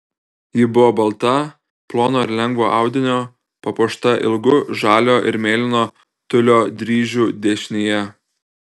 ji buvo balta plono ir lengvo audinio papuošta ilgu žalio ir mėlyno tiulio dryžiu dešinėje